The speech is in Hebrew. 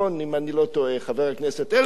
אם אני לא טועה, חבר הכנסת אלקין,